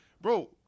Bro